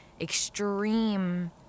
extreme